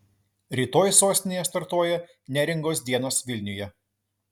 rytoj sostinėje startuoja neringos dienos vilniuje